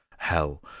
hell